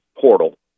portal